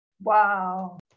Wow